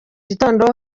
gitondo